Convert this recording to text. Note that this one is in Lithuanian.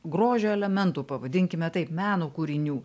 grožio elementų pavadinkime taip meno kūrinių